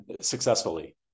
successfully